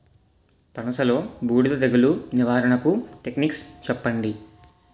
పనస లో బూడిద తెగులు నివారణకు టెక్నిక్స్ చెప్పండి?